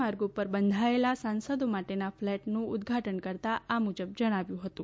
માર્ગ ઉપર બંધાયેલા સાંસદો માટેના ફ્લેટનું ઉદઘાટન કરતાં આ મુજબ જણાવ્યું હતું